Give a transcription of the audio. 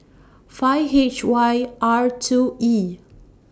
five H Y R two E